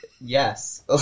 Yes